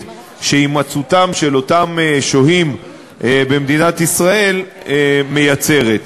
שהימצאותם של אותם שוהים במדינת ישראל מייצרת.